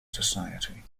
society